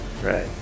Right